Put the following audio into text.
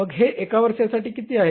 मग हे एका वर्षासाठी किती आहे